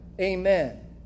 Amen